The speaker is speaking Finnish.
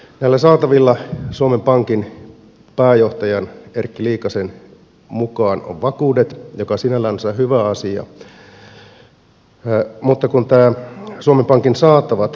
näillä saatavilla suomen pankin pääjohtajan erkki liikasen mukaan on vakuudet mikä sinällänsä on hyvä asia mutta kun täällä suomen pankin saatavat